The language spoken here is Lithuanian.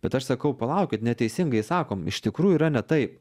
bet aš sakau palaukit neteisingai sakom iš tikrųjų yra ne taip